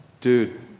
dude